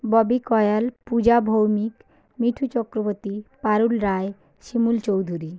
Bobby Koyal Puja Bhowmik Mithu Chakraborty Parul Roy Shimul Chowdhury